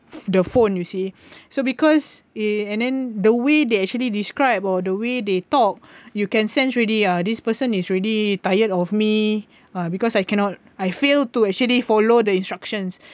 the phone you see so because eh and then the way they actually describe or the way they talk you can sense already ah this person is already tired of me ah because I cannot I failed to actually follow the instructions